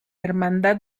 hermandad